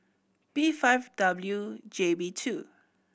P five W J B two